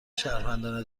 شهروندان